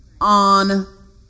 on